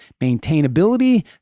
maintainability